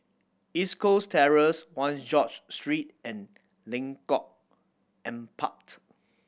East Coast Terrace Ones George Street and Lengkong Empat